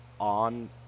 on